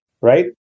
right